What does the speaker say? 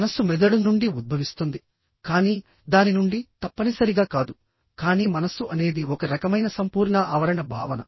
మనస్సు మెదడు నుండి ఉద్భవిస్తుంది కానీ దాని నుండి తప్పనిసరిగా కాదు కానీ మనస్సు అనేది ఒక రకమైన సంపూర్ణ ఆవరణ భావన